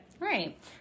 Right